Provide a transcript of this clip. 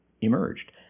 emerged